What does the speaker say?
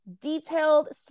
detailed